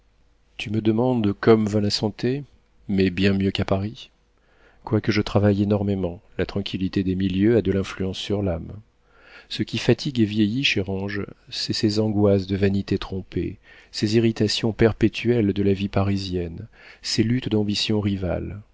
tu me demandes comme va la santé mais bien mieux qu'à paris quoique je travaille énormément la tranquillité des milieux a de l'influence sur l'âme ce qui fatigue et vieillit chère ange c'est ces angoisses de vanité trompée ces irritations perpétuelles de la vie parisienne ces luttes d'ambitions rivales